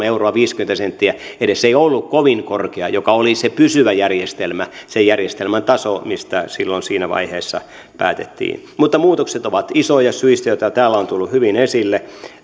euroa viisikymmentä senttiä edes ei ollut kovin korkea mikä oli se pysyvä järjestelmä sen järjestelmän taso mistä siinä vaiheessa päätettiin mutta muutokset ovat isoja syistä joita täällä on on tullut hyvin esille